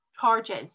charges